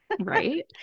right